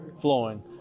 flowing